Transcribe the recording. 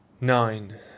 nine